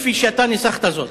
כפי שאתה ניסחת זאת.